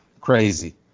crazy